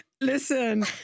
Listen